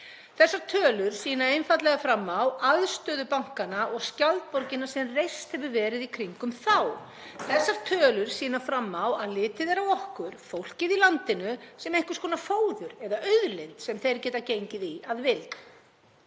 Þessar tölur sýna einfaldlega fram á aðstöðu bankanna og skjaldborgina sem reist hefur verið í kringum þá. Þessar tölur sýna fram á að litið er á okkur, fólkið í landinu, sem einhvers konar fóður eða auðlind sem þeir geta gengið í að vild.